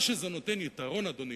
זה נותן יתרון, אדוני,